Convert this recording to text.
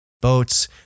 boats